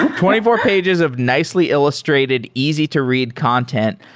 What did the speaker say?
twenty four pages of nicely illustrated easy to read content.